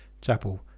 Chapel